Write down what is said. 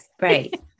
right